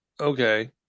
Okay